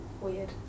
weird